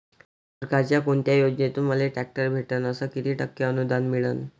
सरकारच्या कोनत्या योजनेतून मले ट्रॅक्टर भेटन अस किती टक्के अनुदान मिळन?